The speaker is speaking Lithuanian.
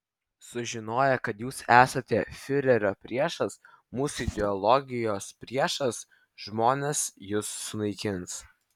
sužinoję kad jūs esate fiurerio priešas mūsų ideologijos priešas žmonės jus sunaikins